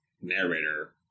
narrator